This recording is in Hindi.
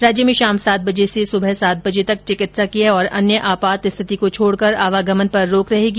राज्य में शाम सात बजे से सुबह सात बजे तक चिकित्सकीय और अन्य आपात स्थिति को छोडकर आवागमन पर रोक रहेगी